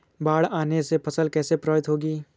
बाढ़ आने से फसल कैसे प्रभावित होगी?